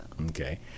okay